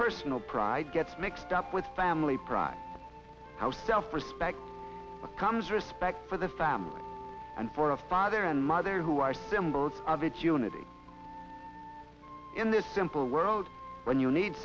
personal pride gets mixed up with family pride how self respect comes respect for the family and for a father and mother who are symbols of its unity in this simple world when you need